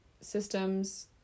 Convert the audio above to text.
systems